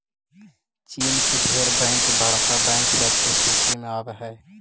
चीन के ढेर बैंक बड़का बैंक सब के सूची में आब हई